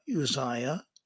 Uzziah